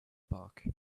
park